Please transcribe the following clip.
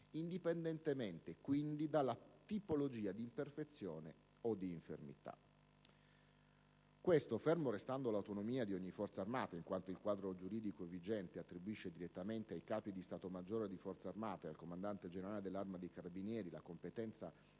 indipendentemente quindi dalla tipologia di imperfezione o di infermità. Ciò, fermo restando l'autonomia di ogni Forza armata, in quanto il quadro giuridico vigente attribuisce direttamente ai Capi di Stato maggiore di Forza armata e al Comandante generale dell'Arma dei carabinieri la competenza ad